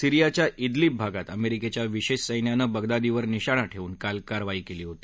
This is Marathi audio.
सीरियाच्या ईदलिब भागात अमेरिकेच्या विशेष सत्त्वानं बगदादीवर निशाणा ठेवून काल कारवाई केली होती